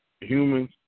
Humans